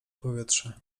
powietrze